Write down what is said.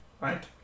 Right